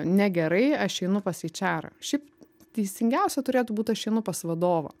negerai aš einu pas eičerą šiaip teisingiausia turėtų būt aš einu pas vadovą